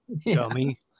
dummy